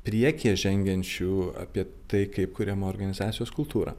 priekyje žengiančių apie tai kaip kuriama organizacijos kultūra